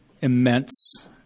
immense